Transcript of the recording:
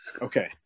Okay